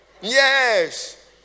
yes